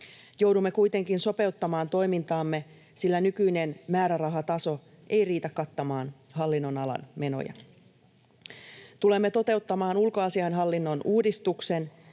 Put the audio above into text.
Joudumme kuitenkin sopeuttamaan toimintaamme, sillä nykyinen määrärahataso ei riitä kattamaan hallinnonalan menoja. Tulemme toteuttamaan ulkoasiainhallinnon uudistuksen,